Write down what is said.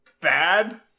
bad